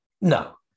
No